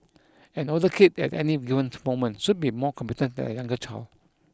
an older kid at any given to moment should be more competent than a younger child